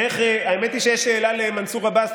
האמת היא שיש שאלה למנסור עבאס,